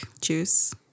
Juice